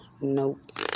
Nope